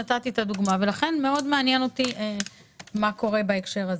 לכן מעניין אותי מה קורה בהקשר הזה.